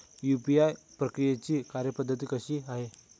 UPI प्रक्रियेची कार्यपद्धती कशी आहे?